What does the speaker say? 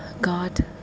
God